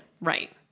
Right